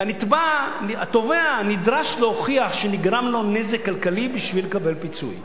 והתובע נדרש להוכיח שנגרם לו נזק כלכלי בשביל לקבל פיצוי.